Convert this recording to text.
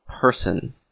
person